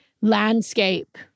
landscape